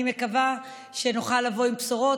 אני מקווה שנוכל לבוא עם בשורות.